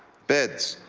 beds.